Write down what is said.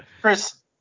Chris